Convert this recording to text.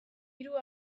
hiru